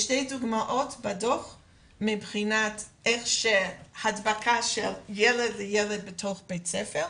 יש שתי דוגמאות בדו"ח מבחינת איך שהדבקה של ילד לילד בתוך בית ספר,